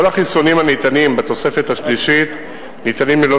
כל החיסונים הניתנים בתוספת השלישית ניתנים ללא